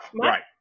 Right